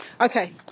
okay